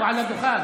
הוא על הדוכן.